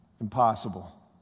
impossible